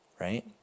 right